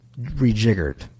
rejiggered